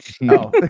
no